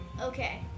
Okay